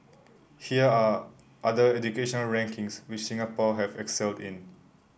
here are other education rankings which Singapore have excelled in